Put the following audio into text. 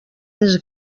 més